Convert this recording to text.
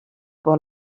pour